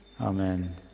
amen